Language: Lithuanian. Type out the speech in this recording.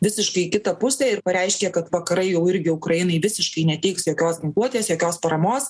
visiškai į kitą pusę ir pareiškė kad vakarai jau irgi ukrainai visiškai neteiks jokios grupuotės jokios paramos